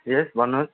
यस भन्नुहोस्